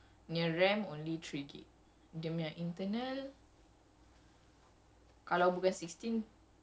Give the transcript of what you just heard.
no lah okay so ceritanya is apa [tau] this phone the near RAM only three gig